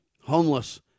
homeless